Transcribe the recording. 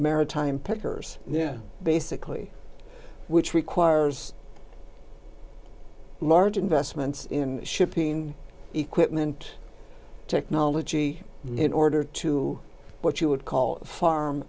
maritime pickers there basically which requires large investments in shipping equipment technology in order to what you would call farm